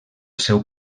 seu